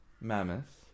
mammoth